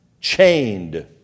chained